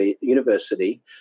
university